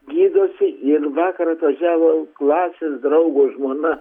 gydosi ir vakar atvažiavo klasės draugo žmona